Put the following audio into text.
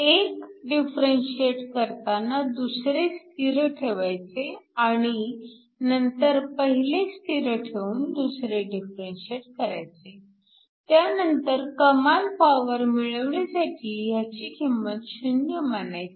एक डिफरंशिएट करताना दुसरे स्थिर ठेवायचे आणि नंतर पहिले स्थिर ठेवून दुसरे डिफरंशिएट करायचे त्यानंतर कमाल पॉवर मिळवण्यासाठी ह्याची किंमत 0 मानायची